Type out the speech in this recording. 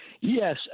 Yes